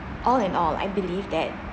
all in all I believe that